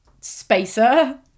spacer